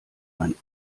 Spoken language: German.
mein